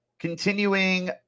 Continuing